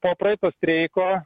po praeito streiko